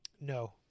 No